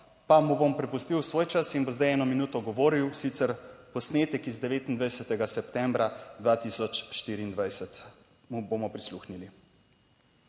pa mu bom prepustil svoj čas in bo zdaj 1 minuto govoril, sicer posnetek iz 29. septembra 2024, mu bomo prisluhnili.